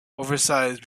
oversize